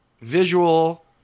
visual